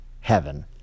heaven